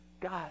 God